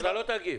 אתה לא חייב להגיב.